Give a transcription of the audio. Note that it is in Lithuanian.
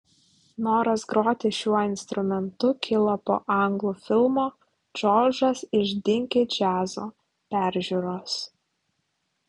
noras groti šiuo instrumentu kilo po anglų filmo džordžas iš dinki džiazo peržiūros